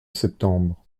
septembre